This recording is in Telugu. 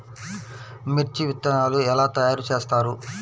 మిర్చి విత్తనాలు ఎలా తయారు చేస్తారు?